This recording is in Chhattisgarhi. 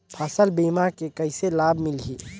फसल बीमा के कइसे लाभ मिलही?